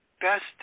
best